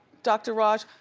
dr. raj,